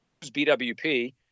BWP